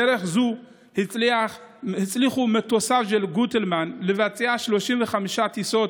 בדרך זו הצליחו מטוסיו של גוטלמן לבצע 35 טיסות